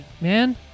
man